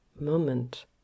Moment